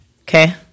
Okay